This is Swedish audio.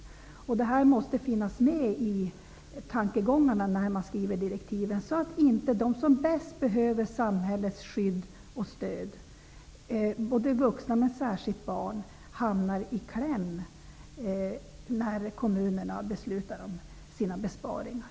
Detta förhållande måste tas i beaktande när man skriver direktiven, så att inte de som bäst behöver samhällets skydd och stöd, vuxna men också särskilt barn, hamnar i kläm när kommunerna beslutar om sina besparingar.